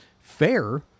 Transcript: fair